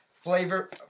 Flavor